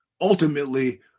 ultimately